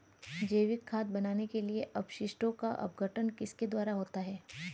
जैविक खाद बनाने के लिए अपशिष्टों का अपघटन किसके द्वारा होता है?